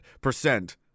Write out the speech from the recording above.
Percent